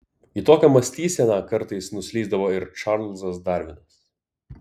į tokią mąstyseną kartais nuslysdavo ir čarlzas darvinas